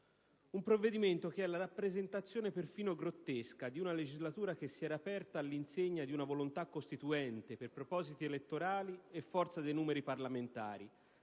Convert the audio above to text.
un provvedimento che è la rappresentazione perfino grottesca di una legislatura che si era aperta all'insegna di una volontà costituente, per propositi elettorali e forza dei numeri parlamentari,